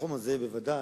בתחום הזה ודאי,